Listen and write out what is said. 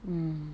mm